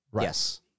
yes